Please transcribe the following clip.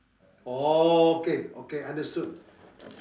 orh okay okay understood